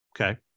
okay